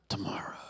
Tomorrow